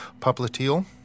popliteal